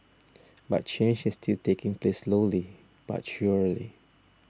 but change is still taking place slowly but surely